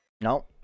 No